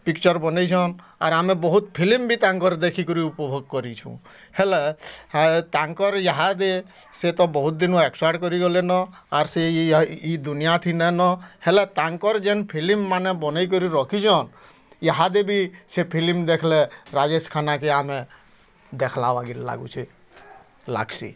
picture ବନେଇଛନ୍ ଆର୍ ଆମେ ବହୁତ ଫିଲ୍ମ ବି ତାଙ୍କର୍ ଦେଖିକରି ଉପଭୋଗ କରିଛୁଁ ହେଲେ ତାଙ୍କର୍ ଇହାଦେ ସେତ ବହୁତ୍ ଦିନୁ ଏକ୍ସପାୟାର୍ଡ଼୍ କରି ଗଲେନ ଆର୍ ସେ ଇ ଦୁନିଆ ଥିଲେ ନ ହେଲେ ତାଙ୍କର୍ ଯେନ୍ ଫିଲିମ୍ମାନେ ବନେଇକରି ରଖିଛନ୍ ଇହାଦେ ବି ସେ ଫିଲିମ୍ ଦେଖ୍ଲେ ରାଜେଶ୍ ଖାନା କେ ଆମେ ଦେଖ୍ଲା ବାଗିର୍ ଲାଗୁଛେଁ ଲାଗ୍ସି